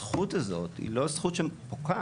הזכות הזו היא לא זכות שפוקעת.